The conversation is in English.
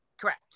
Correct